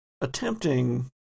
attempting